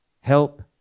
help